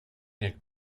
niech